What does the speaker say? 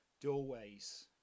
doorways